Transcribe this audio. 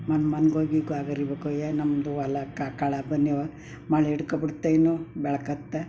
ಮನೆ ಮನೆಗೋಗಿ ಗೋಗರಿಬೇಕು ಏ ನಮ್ಮದು ಹೊಲಕ್ಕೆ ಕಳೆ ಬನ್ಯವ ಮಳೆ ಹಿಡ್ಕೊ ಬಿಡುತ್ತೇನೋ ಬೆಳ್ಕೊಳ್ತಾ